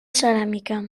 ceràmica